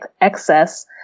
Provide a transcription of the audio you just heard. excess